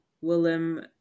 Willem